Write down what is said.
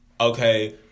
Okay